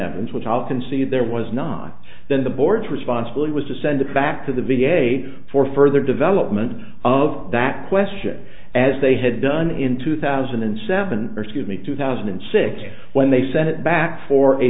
evidence which i'll concede there was not then the board's responsibility was to send it back to the v a for further development of that question as they had done in two thousand and seven give me two thousand and six when they sent it back for a